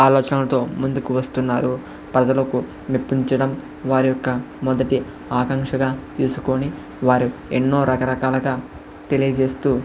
ఆలోచనలతో ముందుకు వస్తున్నారు ప్రజలకు మెప్పించడం వారి యొక్క మొదటి ఆకాంక్షగా తీసుకొని వారు ఎన్నో రకరకాలుగా తెలియజేస్తూ